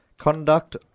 Conduct